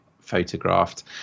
photographed